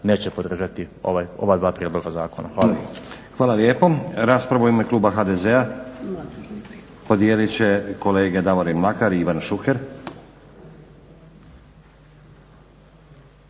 neće podržati ova dva prijedloga zakona. **Stazić, Nenad (SDP)** Hvala lijepo. Raspravu u ime kluba HDZ-a podijelit će kolege Davorin Mlakar i Ivan Šuker.